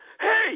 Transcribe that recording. hey